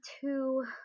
two